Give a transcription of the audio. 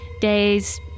day's